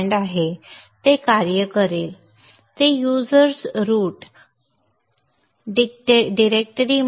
ते काय करेल ते युजर्स रूट रेफर टाईम 0837 डिरेक्टरीमध्ये